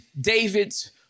David's